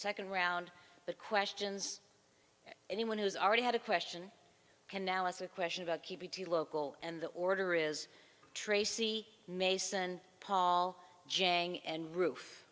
second round the questions anyone who's already had a question canalis a question about keeping the local and the order is tracey mason paul jang and roof